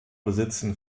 besitzen